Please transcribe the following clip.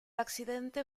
accidente